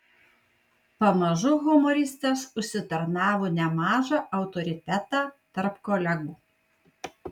pamažu humoristas užsitarnavo nemažą autoritetą tarp kolegų